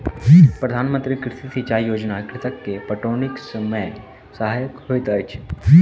प्रधान मंत्री कृषि सिचाई योजना कृषक के पटौनीक समय सहायक होइत अछि